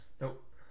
Nope